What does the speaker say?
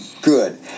Good